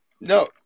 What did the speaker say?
No